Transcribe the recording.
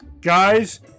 Guys